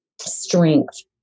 strength